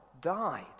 died